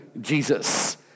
Jesus